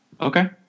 Okay